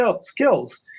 skills